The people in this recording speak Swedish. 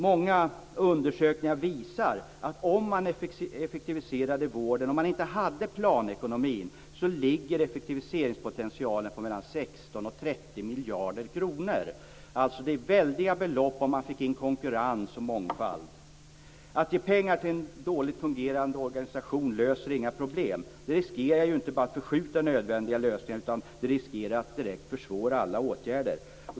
Många undersökningar visar att om man effektiviserade vården och om man inte hade planekonomin, skulle effektiviseringspotentialen ligga på mellan 16 och 30 miljarder kronor. Det skulle alltså handla om väldiga belopp om man fick in konkurrens och mångfald. Att ge pengar till en dåligt fungerande organisation löser inga problem. Det riskerar ju inte bara att förskjuta nödvändiga lösningar, utan det riskerar också att direkt försvåra alla åtgärder.